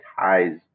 ties